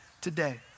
today